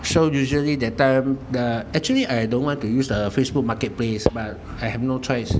so usually that time the actually I don't want to use the Facebook marketplace but I have no choice